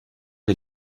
les